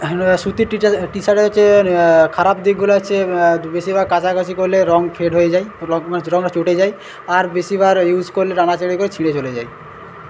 সুতির টিটার টিশার্ট রয়েছে খারাপ দিকগুলো আছে বেশীরভাগ কাচাকাচি করলে রঙ ফেড হয়ে যায় রঙ চটে যায় আর বেশীবার ইউজ করলে টানাছেঁড়া করলে ছিঁড়ে চলে যায়